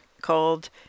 called